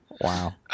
wow